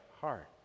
heart